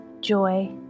joy